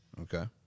Okay